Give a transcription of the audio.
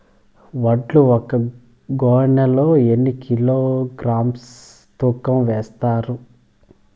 వడ్లు ఒక గోనె లో ఎన్ని కిలోగ్రామ్స్ తూకం వేస్తారు?